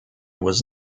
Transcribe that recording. was